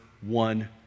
one